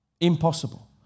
Impossible